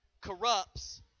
corrupts